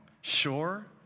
sure